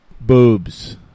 Boobs